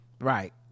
Right